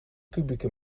kubieke